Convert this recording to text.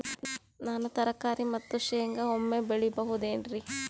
ನಾನು ತರಕಾರಿ ಮತ್ತು ಶೇಂಗಾ ಒಮ್ಮೆ ಬೆಳಿ ಬಹುದೆನರಿ?